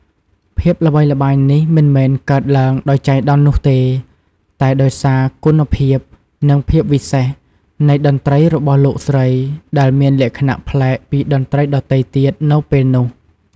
ភាពល្បីល្បាញនេះមិនមែនកើតឡើងដោយចៃដន្យនោះទេ តែដោយសារ គុណភាព និងភាពពិសេស នៃតន្ត្រីរបស់លោកស្រី ដែលមានលក្ខណៈប្លែកពីតន្ត្រីដទៃទៀតនៅពេលនោះ។